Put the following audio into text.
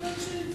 חבל לעכב את זה,